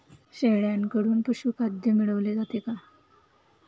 शेळ्यांकडून पशुखाद्य मिळवले जाते का?